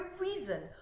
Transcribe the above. reason